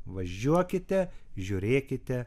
važiuokite žiūrėkite